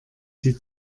sie